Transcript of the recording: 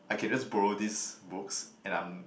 I can just borrow these books and I'm